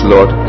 Lord